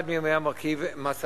אחד מהם היה מרכיב מס ההכנסה.